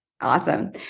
Awesome